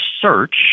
search